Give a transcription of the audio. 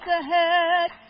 ahead